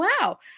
wow